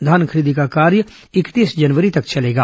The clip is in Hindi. धान खरीदी का कार्य इकतीस जनवरी तक चलेगा